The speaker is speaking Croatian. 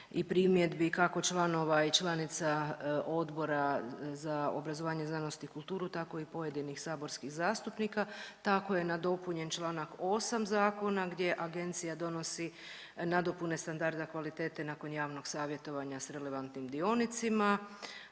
i primjedbi kako članova i članica Odbora za obrazovanje, znanost i kulturu tako i pojedinih saborskih zastupnika, tako je nadopunjen čl. 8. zakona gdje agencija donosi nadopune standarda kvalitete nakon javnog savjetovanja s relevantnim dionicima.